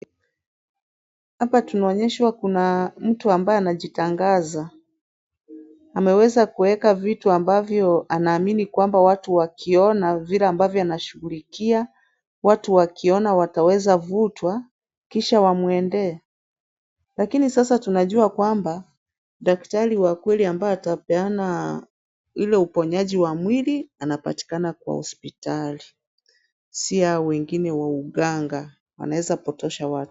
Hapa tunaonyeshwa kuna mtu ambaye anajitangaza. Ameweza kuweka vitu ambavyo anaamini kwamba watu wakiona vile ambavyo anashughulikia, watu wakiona wataweza vutwa, kishwa wamwendee. Lakini sasa tunajua kwamba daktari wa kweli ambaye atapeana hilo uponyaji wa mwili anapatikana kwa hospitali si hao wengine wa uganga, anaweza potosha watu.